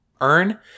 earn